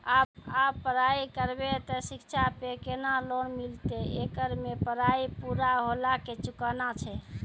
आप पराई करेव ते शिक्षा पे केना लोन मिलते येकर मे पराई पुरा होला के चुकाना छै?